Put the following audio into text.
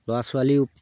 ল'ৰা ছোৱালী